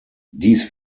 dies